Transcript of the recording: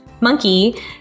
monkey